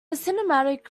cinematic